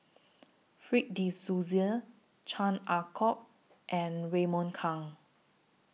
Fred De Souza Chan Ah Kow and Raymond Kang